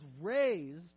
raised